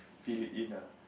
fill it in ah